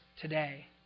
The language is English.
today